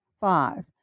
five